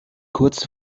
kurz